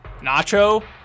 Nacho